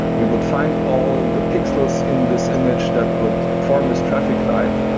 we would find all the pixels in this image that would form this traffic light.